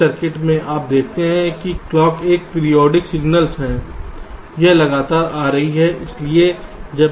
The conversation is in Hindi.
इस सर्किट में आप देखते हैं कि क्लॉक एक पीरियाडिक सिगनल है यह लगातार आ रही है